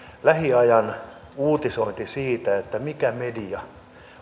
lähiajan uutisointi siitä mikä media